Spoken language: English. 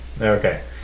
Okay